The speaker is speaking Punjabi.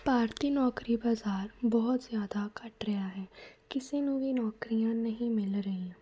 ਭਾਰਤੀ ਨੌਕਰੀ ਬਾਜ਼ਾਰ ਬਹੁਤ ਜ਼ਿਆਦਾ ਘੱਟ ਰਿਹਾ ਹੈ ਕਿਸੇ ਨੂੰ ਵੀ ਨੌਕਰੀਆਂ ਨਹੀਂ ਮਿਲ ਰਹੀਆਂ